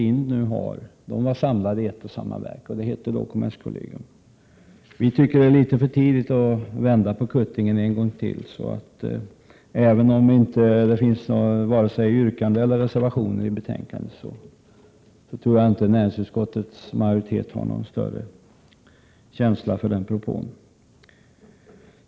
1987/88:114 SIND nu har var samlade i ett och samma verk, och det hette kommerskolle 4 maj 1988 gium. Vi tycker det är litet för tidigt att vända på kuttingen en gång till. Även om det varken finns yrkanden eller reservationer i betänkandet, tror jag inte att näringsutskottets majoritet har någon större känsla för den propån.